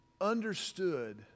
understood